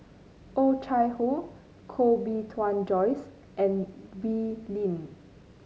Oh Chai Hoo Koh Bee Tuan Joyce and Wee Lin